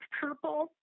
purple